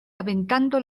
aventando